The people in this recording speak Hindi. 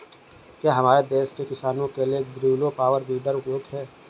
क्या हमारे देश के किसानों के लिए ग्रीलो पावर वीडर उपयोगी है?